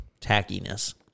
tackiness